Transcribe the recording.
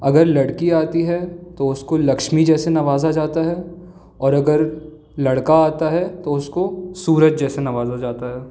अगर लड़की आती है तो उसको लक्ष्मी जैसे नवाज़ा जाता है और अगर लड़का आता है तो उसको सूरज जैसे नवाज़ा जाता है